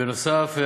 בנוסף,